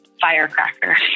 firecracker